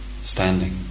standing